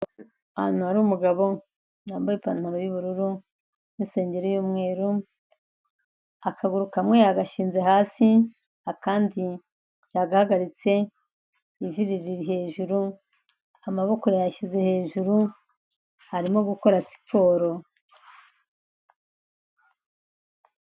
Ahantu hari umugabo wambaye ipantaro y'ubururu n'isengeri y'umweru, akaguru kamwe yagashinze hasi akandi yahagaritse ivi riri hejuru, amaboko yayashyize hejuru arimo gukora siporo.